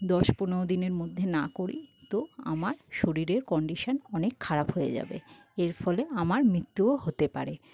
দশ পনেরো দিনের মধ্যে না করি তো আমার শরীরের কন্ডিশান অনেক খারাপ হয়ে যাবে এর ফলে আমার মৃত্যুও হতে পারে